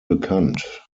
bekannt